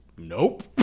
Nope